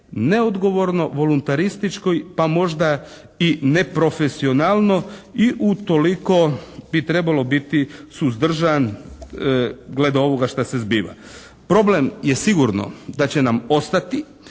neodgovorno, voluntaristički. Pa možda i neprofesionalno. I utoliko bi trebalo biti suzdržan glede ovoga šta se zbiva. Problem je sigurno da će nam ostati.